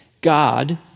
God